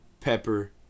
Pepper